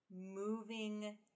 moving